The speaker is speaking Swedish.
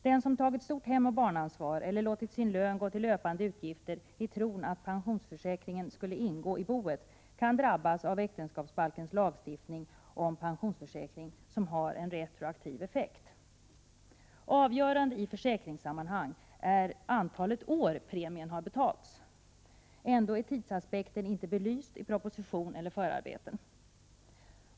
Den som har tagit ett stort hemoch barnansvar eller låtit sin lön gå till löpande utgifter i tron att pensionsförsäkringen skulle ingå i boet kan drabbas av äktenskapsbalkens lagstiftning om pensionsförsäkring, som har retroaktiv effekt. Avgörande i försäkringssammanhang är antalet år premien har betalats. Ändå är tidsaspekten inte belyst i proposition eller förarbeten.